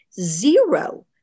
zero